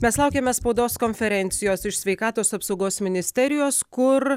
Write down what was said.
mes laukiame spaudos konferencijos iš sveikatos apsaugos ministerijos kur